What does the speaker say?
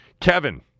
Kevin